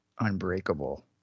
Unbreakable